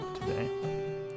today